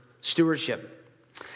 stewardship